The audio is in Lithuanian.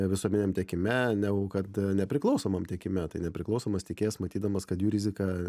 visuomeniniam tiekime negu kad nepriklausomam tiekime tai nepriklausomas tiekėjas matydamas kad jų rizika